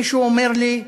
מישהו אומר לי: